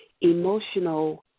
emotional